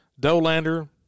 Dolander